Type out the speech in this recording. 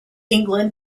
england